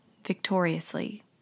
victoriously